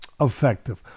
effective